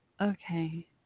okay